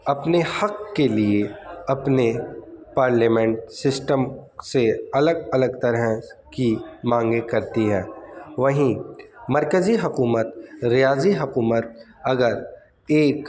اپنے حق کے لیے اپنے پارلیمنٹ سسٹم سے الگ الگ طرح کی مانگے کرتی ہیں وہیں مرکزی حکومت ریاضی حکومت اگر ایک